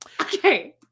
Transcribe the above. Okay